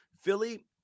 Philly